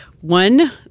one